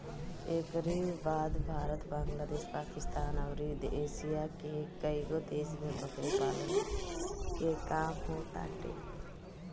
एकरी बाद भारत, बांग्लादेश, पाकिस्तान अउरी एशिया के कईगो देश में बकरी पालन के काम होताटे